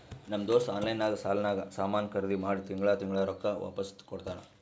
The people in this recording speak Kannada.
ನಮ್ ದೋಸ್ತ ಆನ್ಲೈನ್ ನಾಗ್ ಸಾಲಾನಾಗ್ ಸಾಮಾನ್ ಖರ್ದಿ ಮಾಡಿ ತಿಂಗಳಾ ತಿಂಗಳಾ ರೊಕ್ಕಾ ವಾಪಿಸ್ ಕೊಡ್ತಾನ್